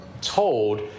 told